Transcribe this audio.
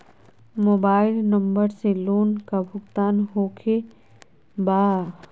Mobile number से loan का भुगतान होखे बा?